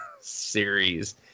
series